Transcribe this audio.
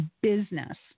business